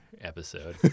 episode